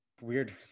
Weird